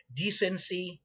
decency